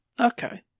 okay